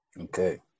Okay